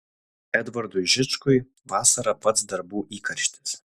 edvardui žičkui vasara pats darbų įkarštis